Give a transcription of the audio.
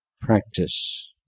practice